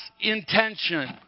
intention